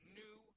new